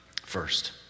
first